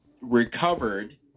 recovered